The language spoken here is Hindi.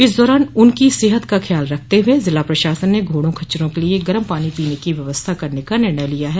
इस दौरान उनकी सेहत का ख्याल रखते हुए जिला प्रशासन ने घोड़ा खच्चरों के लिए गरम पानी पीने की व्यवस्था करने का निर्णय लिया हैं